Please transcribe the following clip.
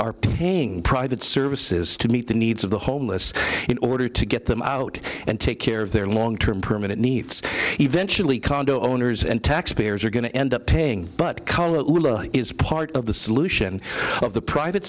are paying private services to meet the needs of the homeless in order to get them out and take care of their long term permanent needs eventually condo owners and taxpayers are going to end up paying but is part of the solution of the private